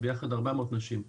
אז ביחד 400 נשים.